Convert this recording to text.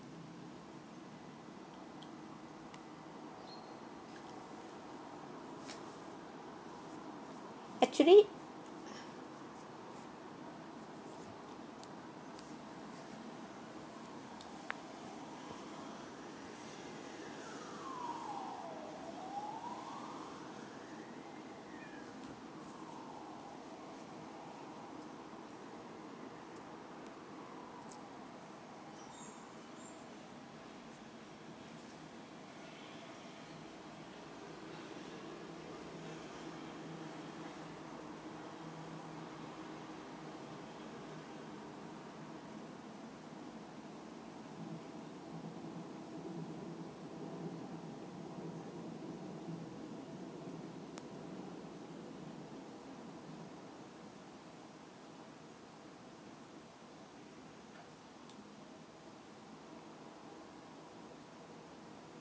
actually